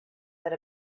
that